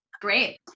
Great